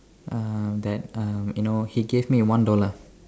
uh that uh you know he gave me one dollar